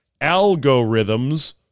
algorithms